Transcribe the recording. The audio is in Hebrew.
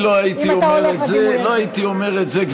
לא הייתי אומר את זה.